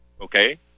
okay